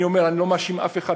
אני אומר: אני לא מאשים אף אחד,